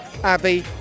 Abby